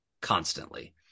constantly